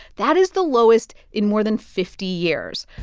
that is the lowest in more than fifty years.